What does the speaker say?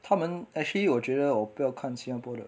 他们 actually 我觉得我不要看新加坡的